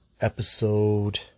episode